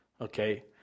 Okay